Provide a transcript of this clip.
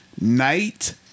Night